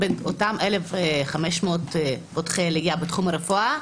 אותם 1,500 פותחי עלייה בתחום הרפואה,